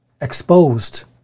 exposed